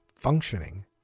functioning